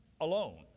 alone